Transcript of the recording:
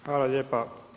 Hvala lijepa.